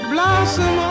Blossom